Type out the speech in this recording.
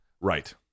Right